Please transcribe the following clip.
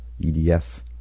EDF